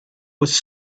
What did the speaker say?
was